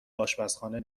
آشپزخانه